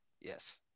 Yes